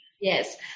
Yes